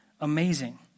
amazing